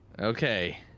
Okay